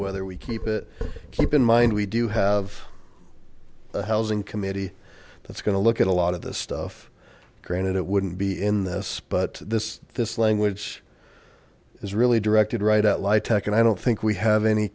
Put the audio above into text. whether we keep it keep in mind we do have a housing committee that's going to look at a lot of the stuff granted it wouldn't be in this but this this language it's really directed right at lie tech and i don't think we have any